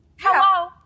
hello